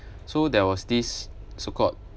so there was this so called